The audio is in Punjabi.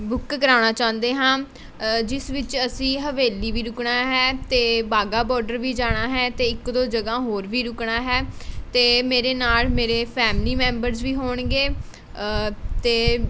ਬੁੱਕ ਕਰਾਉਣਾ ਚਾਹੁੰਦੇ ਹਾਂ ਜਿਸ ਵਿੱਚ ਅਸੀਂ ਹਵੇਲੀ ਵੀ ਰੁਕਣਾ ਹੈ ਅਤੇ ਵਾਹਗਾ ਬੋਰਡਰ ਵੀ ਜਾਣਾ ਹੈ ਅਤੇ ਇੱਕ ਦੋ ਜਗ੍ਹਾ ਹੋਰ ਵੀ ਰੁਕਣਾ ਹੈ ਅਤੇ ਮੇਰੇ ਨਾਲ ਮੇਰੇ ਫੈਮਿਲੀ ਮੈਂਬਰਜ਼ ਵੀ ਹੋਣਗੇ ਅਤੇ